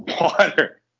Water